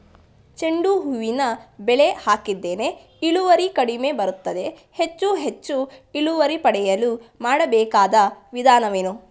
ಚೆಂಡು ಹೂವಿನ ಬೆಳೆ ಹಾಕಿದ್ದೇನೆ, ಇಳುವರಿ ಕಡಿಮೆ ಬರುತ್ತಿದೆ, ಹೆಚ್ಚು ಹೆಚ್ಚು ಇಳುವರಿ ಪಡೆಯಲು ಮಾಡಬೇಕಾದ ವಿಧಾನವೇನು?